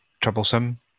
troublesome